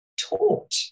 taught